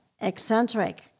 eccentric